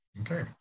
okay